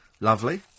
Lovely